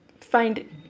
find